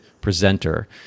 presenter